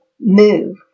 move